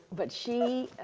but she,